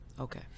okay